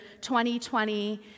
2020